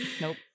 Nope